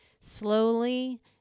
slowly